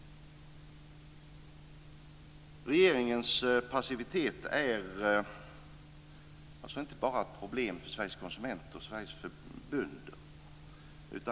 Regeringens passivitet är inte bara ett problem för Sveriges konsumenter och Sveriges bönder.